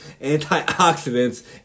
antioxidants